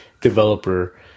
developer